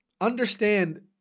Understand